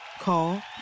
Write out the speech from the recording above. Call